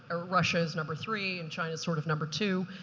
ah russia's number three and china's sort of number two.